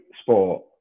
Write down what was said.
sport